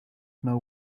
know